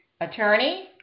attorney